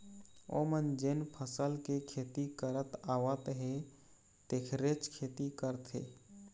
ओमन जेन फसल के खेती करत आवत हे तेखरेच खेती करथे